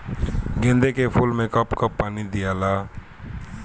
गेंदे के फूल मे कब कब पानी दियाला?